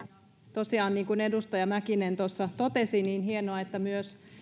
tosiaan niin kuin edustaja mäkinen tuossa totesi on hienoa että myös